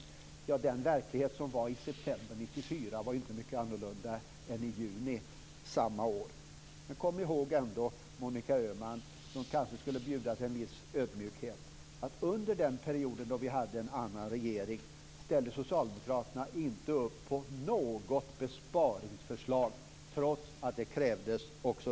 Den verklighet som var i september 1994 var inte mycket annorlunda än i juni samma år. Men kom ändå ihåg, Monica Öhman, som kanske skulle vara lite ödmjuk, att under den period då vi hade en annan regering ställde Socialdemokraterna inte upp på något besparingsförslag trots att det krävdes.